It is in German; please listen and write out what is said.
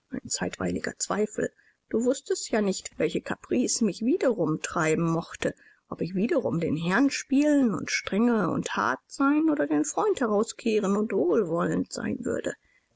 zeitweiliger zweifel du wußtest ja nicht welche kaprice mich wiederum treiben mochte ob ich wiederum den herrn spielen und strenge und hart sein oder den freund herauskehren und wohlwollend sein würde